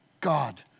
God